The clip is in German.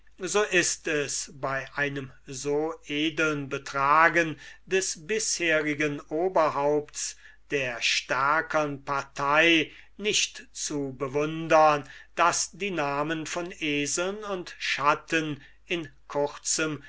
so ist sich bei einem so edeln betragen des bisherigen oberhaupts der stärkern partei nicht zu verwundern daß die namen von eseln und schatten in kurzem